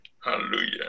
Hallelujah